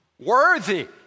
Worthy